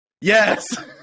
Yes